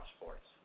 sports